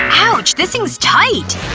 ouch, this thing's tight.